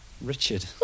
Richard